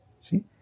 see